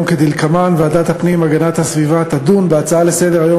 כדלקמן: ועדת הפנים והגנת הסביבה תדון בהצעות לסדר-היום